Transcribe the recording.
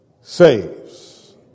saves